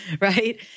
right